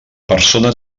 persona